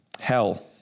hell